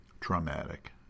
traumatic